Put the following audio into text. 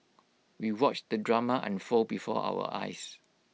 we watched the drama unfold before our eyes